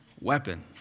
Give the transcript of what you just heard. weapon